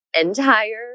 entire